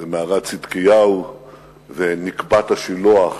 ומערת צדקיהו ונקבת השילוח.